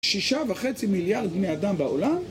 שישה וחצי מיליארד מי אדם בעולם